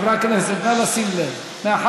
חברי הכנסת, נא לשים לב.